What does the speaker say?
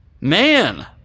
man